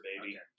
baby